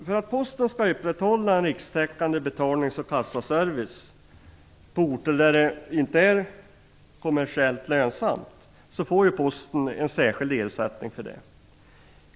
För att posten skall upprätthålla en rikstäckande betalnings och kassaservice på orter där det inte är kommersiellt lönsamt får posten en särskild ersättning för det.